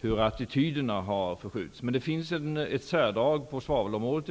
hur attityderna har förskjutits. Det finns ett särdrag, åtminstone på svavelområdet.